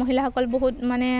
মহিলাসকল বহুত মানে